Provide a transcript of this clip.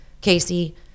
Casey